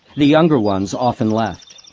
the younger ones often left.